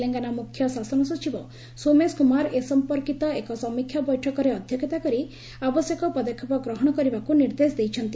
ତେଲେଙ୍ଗାନା ମ୍ରଖ୍ୟ ଶାସନ ସଚିବ ସୋମେଶ କୁମାର ଏ ସମ୍ପର୍କୀତ ଏକ ସମୀକ୍ଷା ବୈଠକରେ ଅଧ୍ୟକ୍ଷତା କରି ଆବଶ୍ୟକ ପଦକ୍ଷେପ ଗ୍ରହଣ କରିବାକୁ ନିର୍ଦ୍ଦେଶ ଦେଇଛନ୍ତି